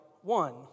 one